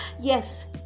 Yes